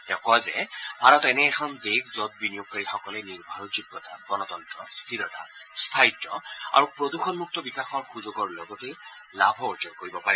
তেওঁ কয় যে ভাৰত এনে এখন দেশ যত বিনিয়োগকাৰীসকলে নিৰ্ভৰযোগ্যতা গণতন্ত্ৰ স্থিৰতা স্থায়িত্ব আৰু প্ৰদূষণমুক্ত বিকাশৰ সুযোগৰ লগতে লাভো অৰ্জন কৰিব পাৰে